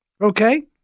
Okay